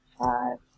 five